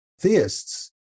theists